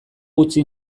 utzi